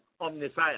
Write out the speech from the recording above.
omniscient